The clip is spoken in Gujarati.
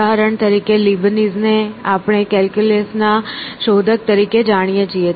ઉદાહરણ તરીકે લીબનીઝ ને આપણે કેલ્ક્યુલસ ના શોધક તરીકે જાણીએ છીએ